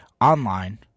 online